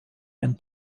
and